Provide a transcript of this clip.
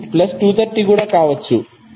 ఇది 230 కూడా కావచ్చు